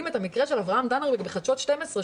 את המקרה של אברהם דננברג בחדשות 12,